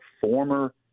former